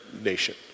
nation